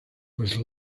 was